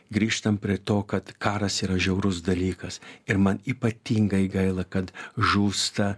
grįžtam prie to kad karas yra žiaurus dalykas ir man ypatingai gaila kad žūsta